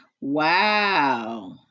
Wow